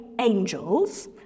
angels